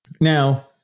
now